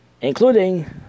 including